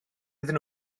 iddyn